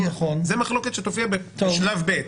ז מחלוקת שתופיע בשלב ב'.